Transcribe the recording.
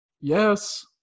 Yes